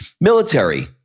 military